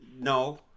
No